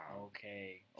Okay